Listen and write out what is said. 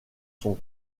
sont